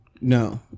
No